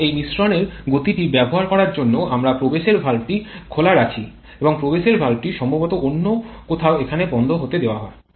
এবং এই মিশ্রণের গতিটি ব্যবহার করার জন্য আমরা প্রবেশের ভালভটি খোলা রাখি এবং প্রবেশের ভালভটি সম্ভবত অন্য কোথাও এখানে বন্ধ হতে দেওয়া হয়